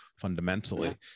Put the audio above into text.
fundamentally